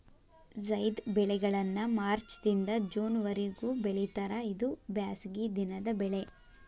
ಝೈದ್ ಬೆಳೆಗಳನ್ನಾ ಮಾರ್ಚ್ ದಿಂದ ಜೂನ್ ವರಿಗೂ ಬೆಳಿತಾರ ಇದು ಬ್ಯಾಸಗಿ ದಿನದ ಬೆಳೆ